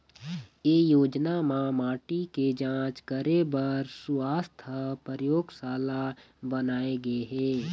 ए योजना म माटी के जांच करे बर सुवास्थ परयोगसाला बनाए गे हे